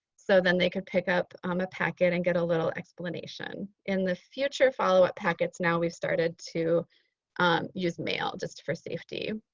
so then they could pick up um a packet and get a little explanation. in the future followup packets now we've started to use mail just for safety.